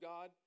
God